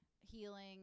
healing